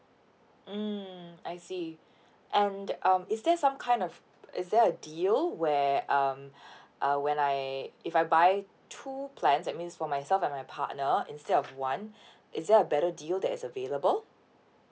mm I see and um is there some kind of is there a deal where um uh when I if I buy two plans that means for myself and my partner instead of one is there a better deal that is available